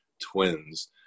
twins